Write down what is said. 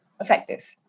effective